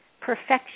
perfection